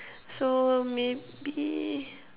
so maybe